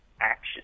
action